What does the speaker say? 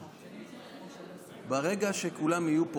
אנחנו היינו באירוע של בחינה אם ניתן לעשות הידברות עם